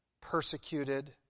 persecuted